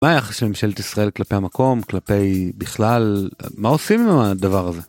מה היחס של ממשלת ישראל כלפי המקום כלפי בכלל, מה עושים עם הדבר הזה.